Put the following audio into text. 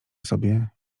sobie